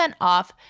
Off